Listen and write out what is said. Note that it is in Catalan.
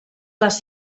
les